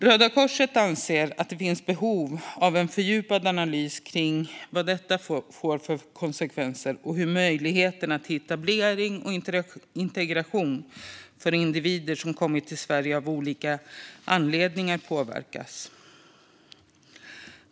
Röda Korset anser att det finns behov av en fördjupad analys av vad detta får för konsekvenser och hur möjligheterna till etablering och integration för individer som kommit till Sverige av olika anledningar påverkas.